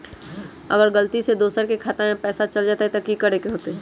अगर गलती से दोसर के खाता में पैसा चल जताय त की करे के होतय?